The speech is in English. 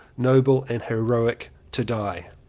noble and heroic, to die.